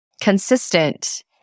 consistent